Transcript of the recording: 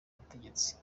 ubutegetsi